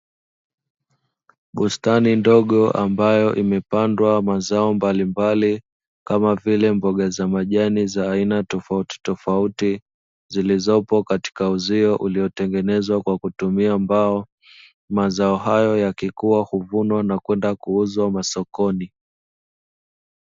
Bustani ndogo ambayo imepandwa mazao mbalimbali, kama vile mboga za majani za aina tofautitofauti, zilizopo katika uzio uliotengenezwa kwa kutumia mbao. Mazao hayo yakikua huvunwa na kwenda kuuzwa masokoni.